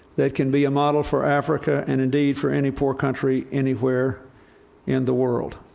that can be a model for africa, and indeed, for any poor country anywhere in the world.